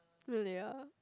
no they are